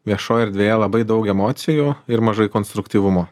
viešoj erdvėje labai daug emocijų ir mažai konstruktyvumo